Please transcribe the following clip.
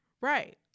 right